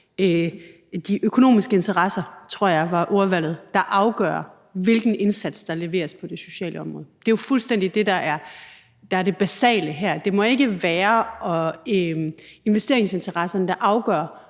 de økonomiske interesser – tror jeg var ordvalget – der afgør, hvilken indsats der leveres på det sociale område. Det er jo fuldstændig det, der er det basale. Det må ikke være investeringsinteresserne, der afgør,